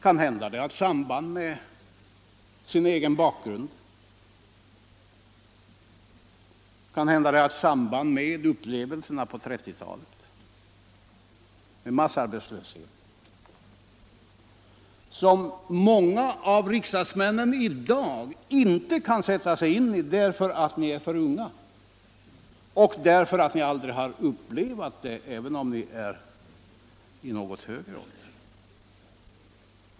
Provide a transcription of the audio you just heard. Kanhända det har ett samband med min egen bakgrund, kanhända det har samband med upplevelserna på 1930-talet av massarbetslöshet, som många av riksdagsmännen i dag inte kan sätta sig in i därför att ni är för unga eller därför att ni aldrig har upplevt dessa förhållanden trots att ni är i något högre ålder.